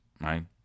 right